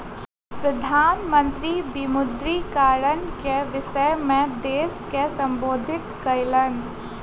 प्रधान मंत्री विमुद्रीकरण के विषय में देश के सम्बोधित कयलैन